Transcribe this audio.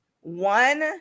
one